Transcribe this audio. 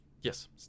Yes